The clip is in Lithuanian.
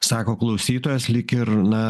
sako klausytojas lyg ir na